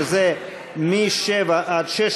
שזה מ-7 עד 16,